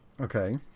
Okay